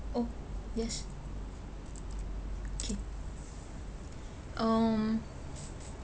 oh yes okay um